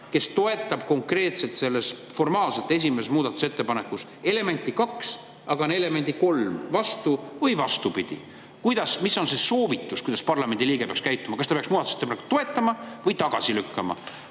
kes toetab selle formaalselt esimese muudatusettepaneku elementi nr 2, aga on elemendi nr 3 vastu? Või vastupidi. Mis on soovitus, kuidas parlamendiliige peaks käituma? Kas ta peaks muudatusettepanekut toetama või tagasi lükkama?